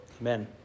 amen